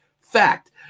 Fact